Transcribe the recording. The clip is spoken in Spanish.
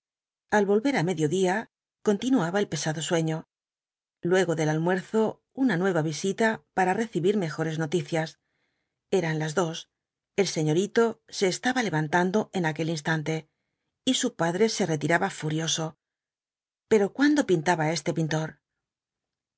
al volver á mediodía continuaba el pesado sueño luego del almuerzo una nueva visita para recibir mejores noticias eran las dos el señorito se estaba levantando en aquel instante y su padre se retiraba furioso pero cuándo pintaba este pintor